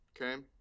okay